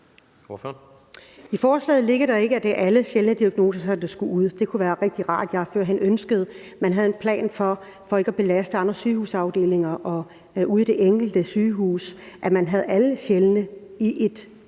i forslaget, at det er alle sjældne diagnoser, der skal ud. Det kunne være rigtig rart, og jeg har førhen ønsket – for ikke at belaste andre sygehusafdelinger ude på det enkelte sygehus – at man havde en plan for,